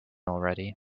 already